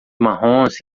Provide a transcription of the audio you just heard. marrons